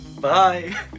Bye